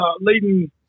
leading